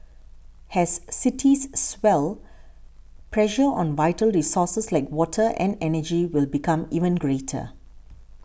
as cities swell pressure on vital resources like water and energy will become even greater